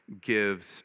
gives